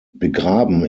begraben